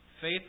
Faith